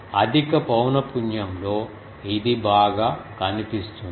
అధిక పౌనపున్యంలో ఇది బాగా కనిపిస్తుంది